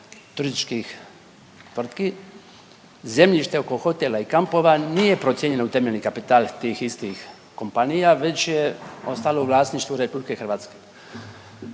turističkih tvrtki zemljište oko hotela i kampova nije procijenjeno u temeljni kapital tih istih kompanija već je ostalo u vlasništvu RH.